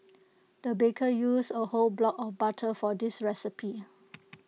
the baker used A whole block of butter for this recipe